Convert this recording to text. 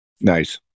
Nice